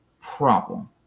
problem